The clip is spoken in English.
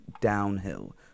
downhill